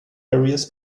various